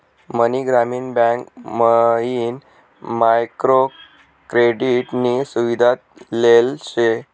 मनी ग्रामीण बँक मयीन micro credit नी सुविधा लेल शे